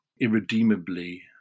irredeemably